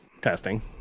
testing